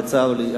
וצר לי,